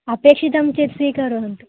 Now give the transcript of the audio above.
अपेक्षितं चेत् स्वीकुर्वन्तु